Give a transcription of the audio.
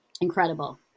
Incredible